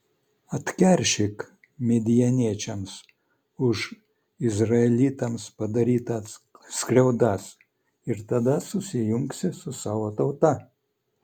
atkeršyk midjaniečiams už izraelitams padarytas skriaudas ir tada susijungsi su savo tauta